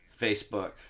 Facebook